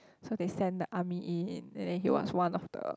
so they send the army in and then he was one of the